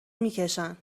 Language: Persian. میکشن